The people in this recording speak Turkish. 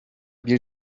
bir